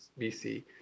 BC